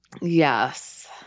yes